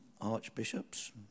archbishops